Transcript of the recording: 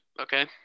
okay